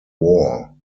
war